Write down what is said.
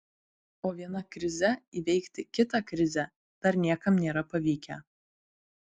o viena krize įveikti kitą krizę dar niekam nėra pavykę